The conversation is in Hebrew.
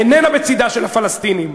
איננה בצדם של הפלסטינים.